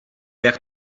jak